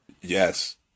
Yes